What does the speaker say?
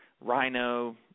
rhino